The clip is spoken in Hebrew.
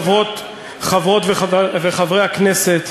חברות וחברי הכנסת,